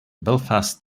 belfast